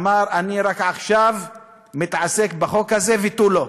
אמר: אני עכשיו מתעסק בחוק הזה ותו לא.